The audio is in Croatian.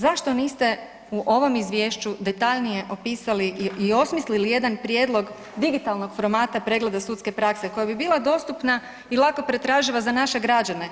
Zašto niste u ovom izvješću detaljnije opisali i osmislili jedan prijedlog digitalnog formata pregleda sudske prakse koja bi bila dostupna i lako pretraživa za naše građane?